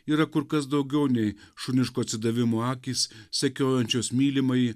yra kur kas daugiau nei šuniško atsidavimo akys sekiojančios mylimąjį